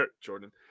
Jordan